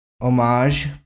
homage